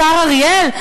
השר אריאל,